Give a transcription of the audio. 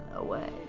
away